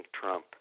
Trump